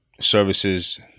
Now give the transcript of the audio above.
services